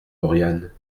lauriane